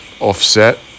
offset